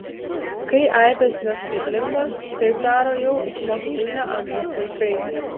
kai aibės neskaitlingos taip daro jau ikimokyklinio amžiaus vaikai